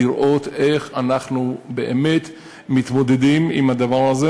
לראות איך אנחנו באמת מתמודדים עם הדבר הזה.